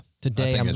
Today